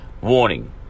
warning